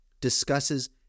discusses